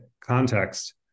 context